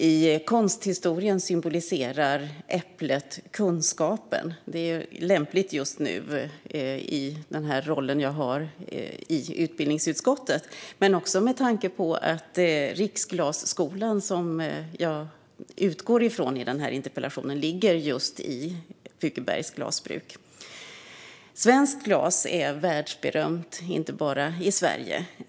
I konsthistorien symboliserar äpplet kunskapen, vilket är lämpligt just nu i min roll i utbildningsutskottet men också med tanke på att Riksglasskolan, som jag utgår från i interpellationen, ligger just i Pukebergs glasbruk. Svenskt glas är världsberömt och inte bara berömt i Sverige.